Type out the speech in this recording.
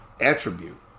attribute